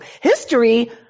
History